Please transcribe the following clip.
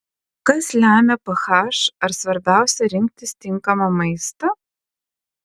kas lemia ph ar svarbiausia rinktis tinkamą maistą